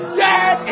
dead